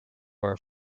are